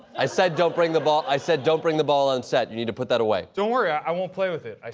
i said don't bring the ball. i said don't bring the ball on set. you need to put that away. don't worry, i i won't play with it, i